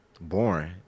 boring